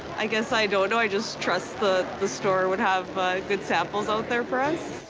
i guess i don't know. i just trust the the store would have good samples out there for us.